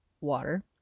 water